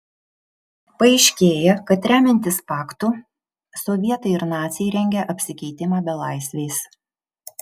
paaiškėja kad remiantis paktu sovietai ir naciai rengia apsikeitimą belaisviais